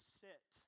sit